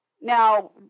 Now